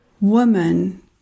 woman